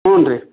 ಹ್ಞೂ ರೀ